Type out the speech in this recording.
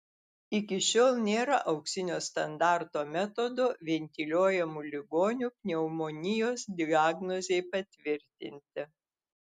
iki šiol nėra auksinio standarto metodo ventiliuojamų ligonių pneumonijos diagnozei patvirtinti